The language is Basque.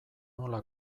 nola